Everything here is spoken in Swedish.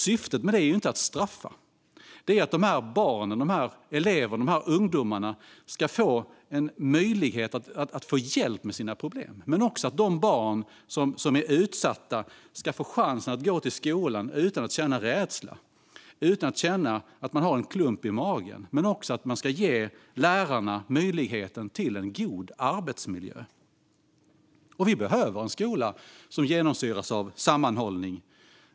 Syftet med det är inte att straffa dem, utan att dessa barn, elever och ungdomar ska kunna få hjälp med sina problem samtidigt som de barn som är utsatta ska kunna gå till skolan utan att känna rädsla eller ha en klump i magen. Det handlar också om att ge lärarna möjlighet att få en god arbetsmiljö. Vi behöver en skola som genomsyras av sammanhållning.